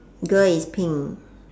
girl is pink